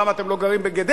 למה אתם לא גרים בגדרה?